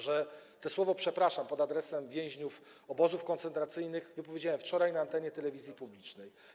że słowo „przepraszam” pod adresem więźniów obozów koncentracyjnych wypowiedziałem wczoraj na antenie telewizji publicznej.